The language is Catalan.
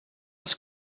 els